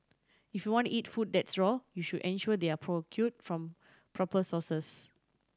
if you want to eat food that's raw you should ensure they are procure from proper sources